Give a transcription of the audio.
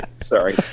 Sorry